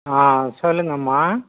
ஆ சொல்லுங்கம்மா